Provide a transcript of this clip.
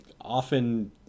often